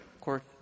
court